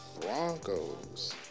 Broncos